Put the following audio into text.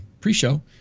pre-show